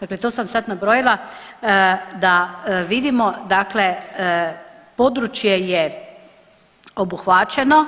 Dakle, to sam sad nabrojila da vidimo dakle područje je obuhvaćeno